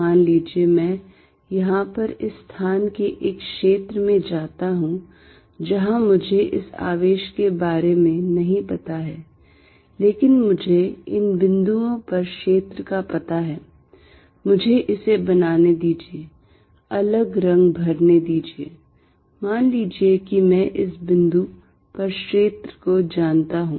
मान लीजिए मैं यहां पर इस स्थान के एक क्षेत्र में जाता हूं जहां मुझे इस आवेश के बारे में नहीं पता है लेकिन मुझे इन बिंदुओं पर क्षेत्र का पता है मुझे इसे बनाने दीजिए अलग रंग भरने दीजिए मान लीजिए कि मैं इस बिंदु पर क्षेत्र को जानता हूं